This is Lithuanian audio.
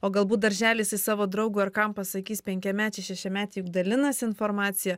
o galbūt daržely savo draugu ar kam pasakys penkiamečiai šešiamečiai dalinasi informacija